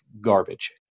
garbage